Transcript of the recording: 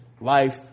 life